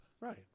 Right